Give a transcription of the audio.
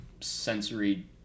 sensory